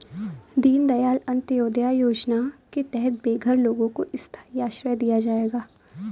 दीन दयाल अंत्योदया योजना के तहत बेघर लोगों को स्थाई आश्रय दिया जाएगा